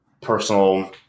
personal